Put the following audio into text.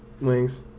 wings